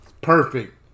Perfect